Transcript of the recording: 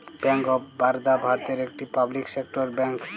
bank of Baroda ভারতের একটি public sector bank